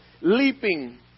leaping